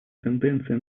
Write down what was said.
тенденции